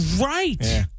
Right